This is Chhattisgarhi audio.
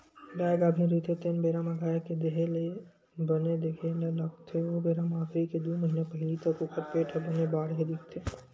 गाय गाभिन रहिथे तेन बेरा म गाय के देहे ल बने देखे ल लागथे ओ बेरा म आखिरी के दू महिना पहिली तक ओखर पेट ह बने बाड़हे दिखथे